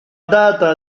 data